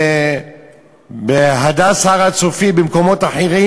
ב"הדסה הר-הצופים", במקומות אחרים